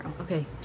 Okay